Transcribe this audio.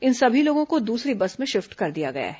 इन सभी लोगों को दूसरी बस में शि फट कर दिया गया है